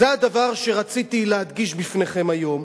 זה הדבר שרציתי להדגיש בפניכם היום.